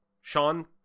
Sean